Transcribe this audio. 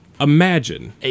imagine